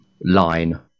line